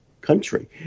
country